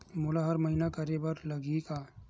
मोला हर महीना करे बर लगही का?